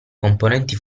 componenti